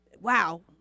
wow